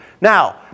Now